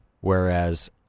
Whereas